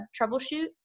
troubleshoot